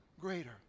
greater